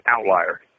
outlier